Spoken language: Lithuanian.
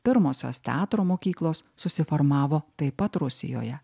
pirmosios teatro mokyklos susiformavo taip pat rusijoje